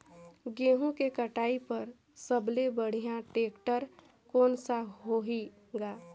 गहूं के कटाई पर सबले बढ़िया टेक्टर कोन सा होही ग?